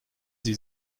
sie